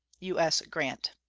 u s. grant.